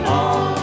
on